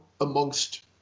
amongst